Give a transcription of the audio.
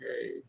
okay